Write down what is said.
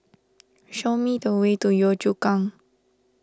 show me the way to Yio Chu Kang